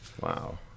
Wow